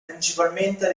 principalmente